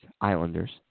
Islanders